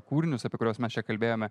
kūrinius apie kuriuos mes čia kalbėjome